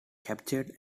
captured